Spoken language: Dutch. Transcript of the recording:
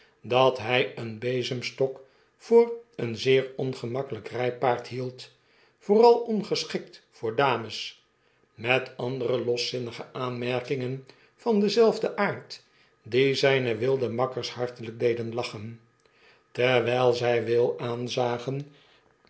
dat hy een bezemstok voor een zeer ongemakkelyk rypaard hield vooral ongeschikt voor dames met andere loszinnige aanmerkingen van denzelfden aard die zyne wilde makkers hartelyk deden lachen terwyl zy will aanzagen